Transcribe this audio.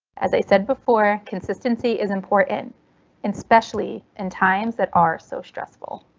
as i said before consistency is important and especially in times that are so stressful.